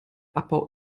abbau